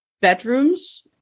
bedrooms